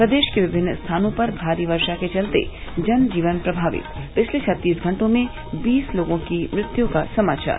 प्रदेष के विभिन्न स्थानों पर भारी वर्शा के चलते जन जीवन प्रभावित पिछले छत्तीस घंटों में बीस लोगों की मृत्यु का समाचार